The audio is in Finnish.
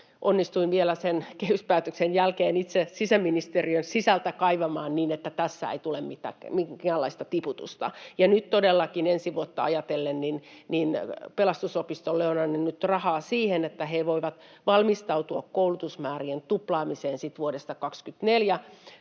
onnistuin sen vielä kehyspäätöksen jälkeen itse sisäministeriön sisältä kaivamaan niin, että tässä ei tule minkäänlaista tiputusta. Nyt todellakin ensi vuotta ajatellen Pelastusopistolle on annettu rahaa siihen, että he voivat valmistautua koulutusmäärien tuplaamiseen vuodesta 24